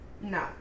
No